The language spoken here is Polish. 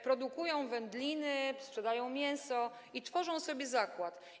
Produkują wędliny, sprzedają mięso i potem tworzą sobie zakład.